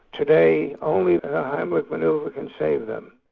today only the heimlich manoeuvre can save them.